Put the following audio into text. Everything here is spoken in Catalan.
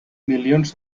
milions